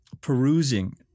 perusing